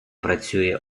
працює